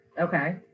Okay